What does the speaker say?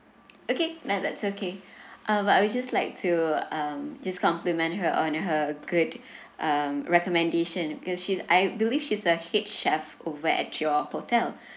okay that that's okay uh but I was just like to um just compliment her on her a good um recommendation because she's I believe she's a head chef over at your hotel